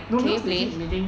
no because they keep meeting